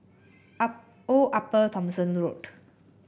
Old Upper Thomson Road